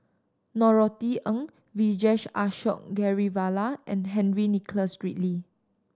Norothy Ng Vijesh Ashok Ghariwala and Henry Nicholas Ridley